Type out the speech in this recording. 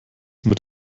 mit